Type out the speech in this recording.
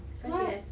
what